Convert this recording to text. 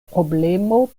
problemo